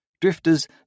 Drifters